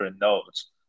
nodes